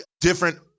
different